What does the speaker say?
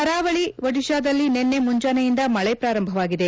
ಕರಾವಳಿ ಒಡಿತಾದಲ್ಲಿ ನಿನ್ನೆ ಮುಂಜಾನೆಯಿಂದ ಮಳೆ ಪ್ರಾರಂಭವಾಗಿದೆ